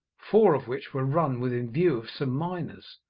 four of which were run within view of some miners,